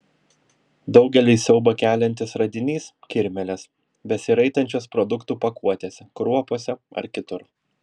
daugeliui siaubą keliantis radinys kirmėlės besiraitančios produktų pakuotėse kruopose ar kitur